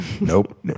Nope